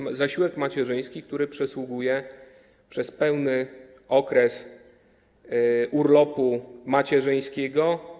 Chodzi o zasiłek macierzyński, który przysługuje przez pełny okres urlopu macierzyńskiego.